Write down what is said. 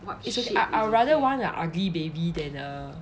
it's ok~ I would rather want a ugly baby than a